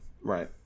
Right